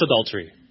adultery